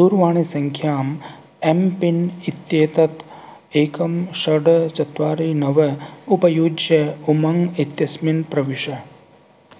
दूरवाणीसङ्ख्याम् एम्पिन् इत्येतत् एकं षड् चत्वारि नव उपयुज्य उमङ्ग् इत्यस्मिन् प्रविश